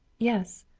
yes.